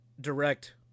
direct